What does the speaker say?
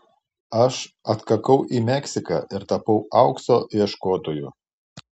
aš atkakau į meksiką ir tapau aukso ieškotoju